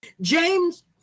James